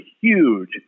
huge